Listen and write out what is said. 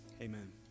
Amen